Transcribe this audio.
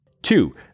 Two